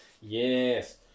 Yes